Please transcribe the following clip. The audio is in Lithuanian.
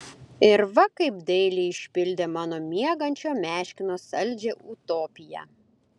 ir va kaip dailiai išpildė mano miegančio meškino saldžią utopiją